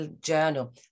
journal